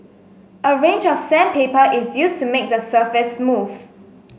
a range of sandpaper is used to make the surface smooth